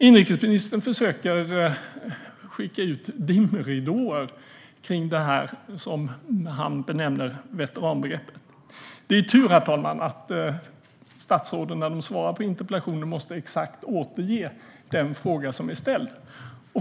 Inrikesministern försöker skicka ut dimridåer kring det som han benämner veteranbegreppet. Det är tur, herr talman, att statsråden, när de svarar på interpellationer, måste återge exakt den fråga som är ställd.